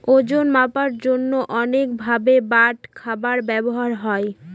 ওজন মাপার জন্য অনেক ভারের বাটখারা ব্যবহার করা হয়